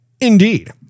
Indeed